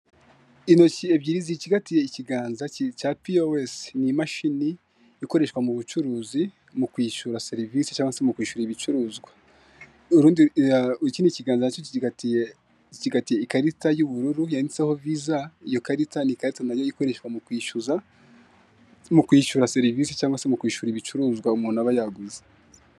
intoki ebyiri zicigatiye ikiganza cya pi o esi ni imashini ikoreshwa mu bucuruzi mu kwishyura serivisi cyangwa se mu kwishyura ibicuruzwa ikindi ikiganza gicigatiye ikarita y'ubururu yanditseho visa iyo karita ni ikarita nayo ikoreshwa mu kwishyuza, kwishyura serivisi cyangwa se mu kwishyura ibicuruzwa umuntu aba yaguze.